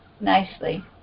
nicely